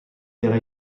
era